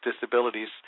disabilities